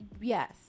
Yes